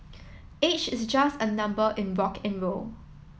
age is just a number in rock N roll